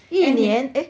eh 你